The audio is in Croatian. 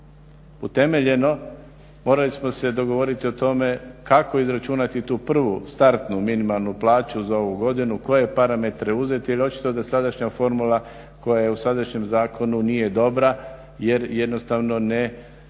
utemeljeno morali smo se dogovoriti o tome kako izračunati tu prvu startnu minimalnu plaću za ovu godinu, koje parametre uzeti jer očito da sadašnja formula koja je u sadašnjem zakonu nije dobra jer jednostavno ne odgovara